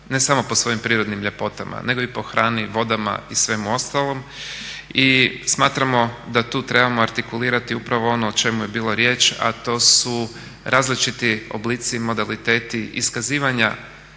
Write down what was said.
ne samo po svojim prirodnim ljepotama nego i po hrani, vodama i svemu ostalom i smatramo da tu trebamo artikulirati upravo ono o čemu je bilo riječ, a to su različiti oblici, modaliteti, iskazivanja